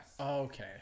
Okay